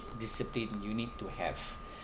discipline you need to have